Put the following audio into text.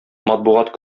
матбугат